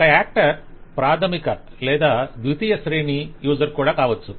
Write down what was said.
ఒక యాక్టర్ ప్రాధమిక లేదా ద్వితీయ శ్రేణి యూసర్ కావచ్చు